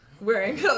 Wearing